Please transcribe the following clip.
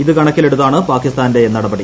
ഇത് കണക്കിലെടുത്താണ്ട് പൂർകിസ്ഥാന്റെ നടപടി